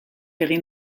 egin